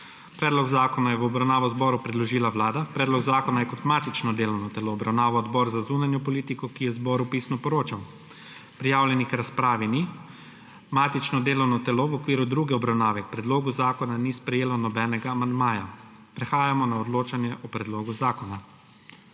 Predlog zakona je v obravnavo zboru predložila Vlada. Predlog zakona je kot matično delovno telo obravnaval Odbor za zunanjo politiko, ki je zboru pisno poročal. Prijavljenih k razpravi ni. Matično delovno telo v okviru druge obravnave k predlogu zakona ni sprejelo nobenega amandmaja. Prehajamo na odločanje o predlogu zakona.